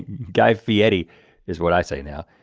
guy fee eddie is what i say now.